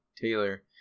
Taylor